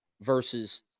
versus